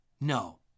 no